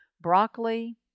broccoli